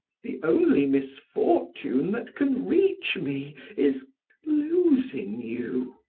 the only misfortune that can reach me, is losing you.